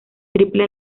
triple